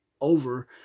over